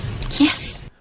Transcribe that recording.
Yes